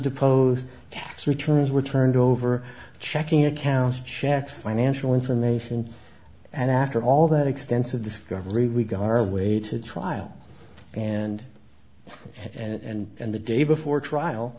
deposed tax returns were turned over checking accounts check financial information and after all that extensive discovery we got our way to trial and and the day before trial